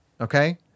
okay